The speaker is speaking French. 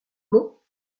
mot